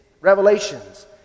revelations